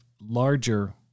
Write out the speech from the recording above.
larger